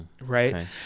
Right